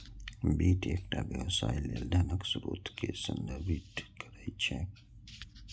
वित्त एकटा व्यवसाय लेल धनक स्रोत कें संदर्भित करै छै